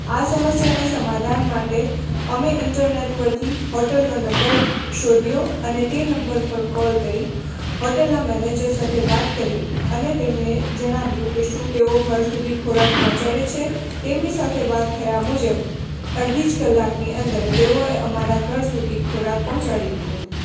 આ સમસ્યાના સમાધાન માટે અમે ઇન્ટરનૅટ પરથી હોટલનો નંબર શોધ્યો અને તે નંબર પર કૉલ કરી હોટલના મેનેજર સાથે વાત કરી અને તેમને જણાવ્યું કે શું તેઓ ઘર સુધી ખોરાક પહોંચાડે છે તેમની સાથે વાત થયા મુજબ અડધી જ કલાકની અંદર તેઓએ અમારા ઘર સુધી ખોરાક પહોંચાડી દીધો